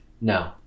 No